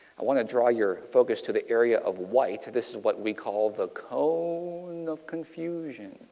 i want to draw your focus to the area of white. this is what we call the cone so and of confusion.